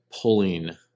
pulling